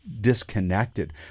disconnected